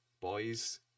boys